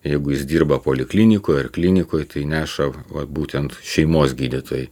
jeigu jis dirba poliklinikoj ar klinikoj tai neša vat būtent šeimos gydytojai